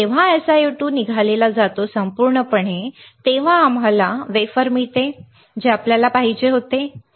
जेव्हा SiO2 काढला जातो तेव्हा आम्हाला वेफर मिळते जे आम्हाला हवे होते बरोबर